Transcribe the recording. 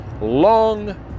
long